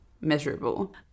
measurable